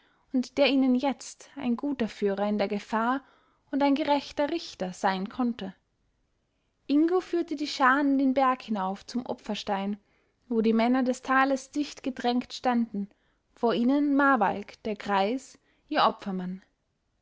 und der ihnen jetzt ein guter führer in der gefahr und ein gerechter richter sein konnte ingo führte die scharen den berg hinauf zum opferstein wo die männer des tales dichtgedrängt standen vor ihnen marvalk der greis ihr opfermann